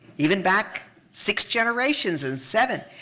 even back six generations and seven.